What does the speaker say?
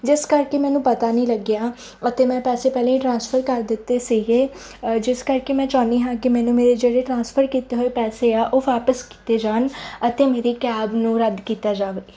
ਜਿਸ ਕਰਕੇ ਮੈਨੂੰ ਪਤਾ ਨਹੀਂ ਲੱਗਿਆ ਅਤੇ ਮੈਂ ਪੈਸੇ ਪਹਿਲਾਂ ਹੀ ਟ੍ਰਾਂਸਫਰ ਕਰ ਦਿੱਤੇ ਸੀਗੇ ਜਿਸ ਕਰਕੇ ਮੈਂ ਚਾਹੁੰਦੀ ਹਾਂ ਕਿ ਮੈਨੂੰ ਮੇਰੇ ਜਿਹੜੇ ਟਰਾਂਸਫਰ ਕੀਤੇ ਹੋਏ ਪੈਸੇ ਆ ਉਹ ਵਾਪਸ ਕੀਤੇ ਜਾਣ ਅਤੇ ਮੇਰੀ ਕੈਬ ਨੂੰ ਰੱਦ ਕੀਤਾ ਜਾਵੇ